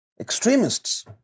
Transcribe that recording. extremists